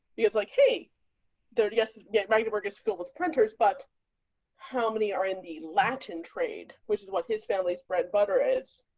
he like, hey there, yes. get ready to work is filled with printers, but how many are in the latin trade, which is what his family's bread, butter is